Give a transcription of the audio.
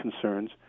concerns